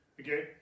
Okay